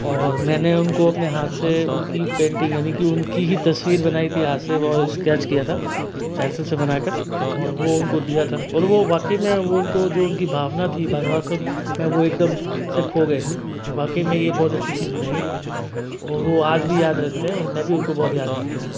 और मैंने उनको अपने हाथ से उनकी पेंटिंग यानि की उनकी ही तस्वीर बनाई थी हाथ से वो स्केच किया था पेंसिल से बनाकर और वो उनको दिया था और वो वाकई में वो जो उनकी भावना थी भावना में वो एकदम से खो गए थे कि वाकई में ये बहुत अच्छी चीज़ बनाई है और वो आज भी याद रखते हैं और मैं भी उनको बहुत याद रखता हूँ